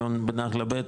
ולא בנחלה ב',